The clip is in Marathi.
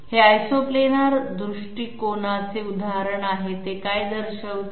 हे Isoplanar दृष्टिकोनाचे उदाहरण आहे ते काय दर्शवते